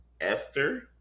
Esther